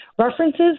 references